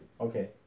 okay